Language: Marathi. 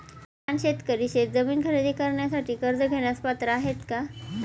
लहान शेतकरी शेतजमीन खरेदी करण्यासाठी कर्ज घेण्यास पात्र आहेत का?